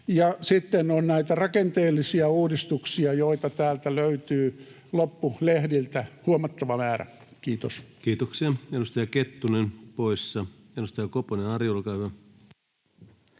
sitten on näitä rakenteellisia uudistuksia, joita täältä löytyy loppulehdiltä huomattava määrä. — Kiitos. Kiitoksia. — Edustaja Kettunen poissa. — Edustaja Koponen, Ari, olkaa hyvä.